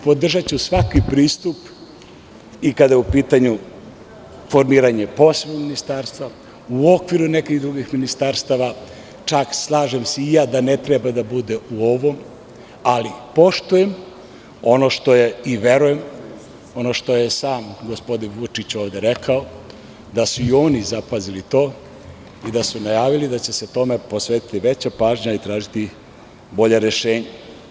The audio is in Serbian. Podržaću svaki pristup i kada je u pitanju formiranje posebnog ministarstva u okviru nekih drugih ministarstava, čak slažem se da ne treba da bude u ovom, ali poštujem ono što je i verujem, ono što je sam gospodin Vučić ovde rekao, da su i oni zapazili to i da su najavili da će se tome posvetiti veća pažnja i tražiti bolja rešenja.